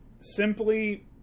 simply